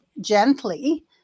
gently